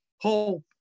hope